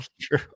True